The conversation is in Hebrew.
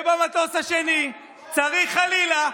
ובמטוס השני צריך, חלילה,